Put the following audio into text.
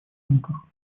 рамках